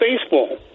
baseball